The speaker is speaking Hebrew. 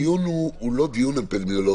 תודה רבה, אבל הדיון הוא לא דיון אפידמיולוגי.